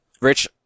Rich